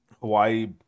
Hawaii